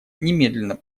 немедленно